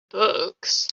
books